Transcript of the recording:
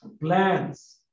plans